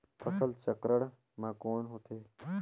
फसल चक्रण मा कौन होथे?